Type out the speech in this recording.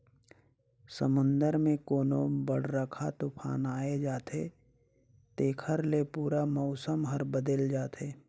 समुन्दर मे कोनो बड़रखा तुफान आये जाथे तेखर ले पूरा मउसम हर बदेल जाथे